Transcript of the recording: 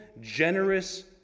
generous